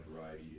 variety